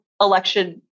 election